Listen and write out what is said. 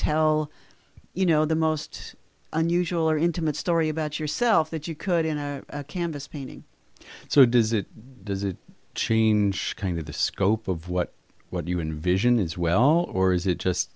tell you know the most unusual or intimate story about yourself that you could in a canvas painting so does it does it change kind of the scope of what what you envision as well or is it